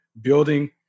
building